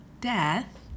death